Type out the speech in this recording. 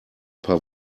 paar